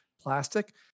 plastic